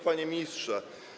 Panie Ministrze!